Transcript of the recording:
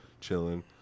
chilling